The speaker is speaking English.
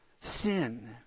sin